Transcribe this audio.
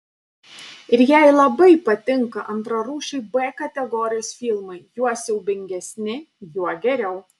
ir jai labai patinka antrarūšiai b kategorijos filmai juo siaubingesni juo geriau